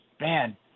man